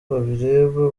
babireba